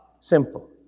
Simple